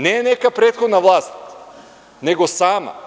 Ne neka prethodna vlast, nego sama.